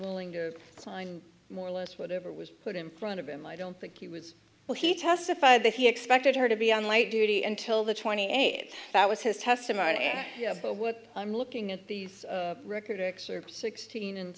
willing to sign more or less whatever was put in front of him i don't think he was well he testified that he expected her to be on light duty and till the twenty eight that was his testimony but what i'm looking at the record excerpts sixteen and